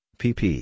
pp